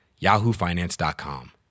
yahoofinance.com